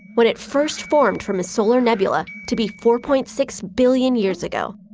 when it first formed from a solar nebula, to be four point six billion years ago.